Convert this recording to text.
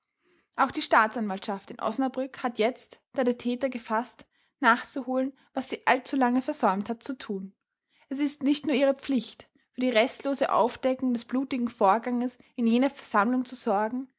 auch die staatsanwaltschaft in osnabrück hat jetzt da der täter gefaßt nachzuholen was sie allzulange versäumt hat zu tun es ist nicht nur ihre pflicht für die restlose aufdeckung des blutigen vorganges in jener versammlung zu sorgen